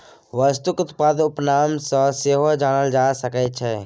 वस्तुकेँ उत्पादक उपनाम सँ सेहो जानल जा सकैत छै